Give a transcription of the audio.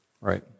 right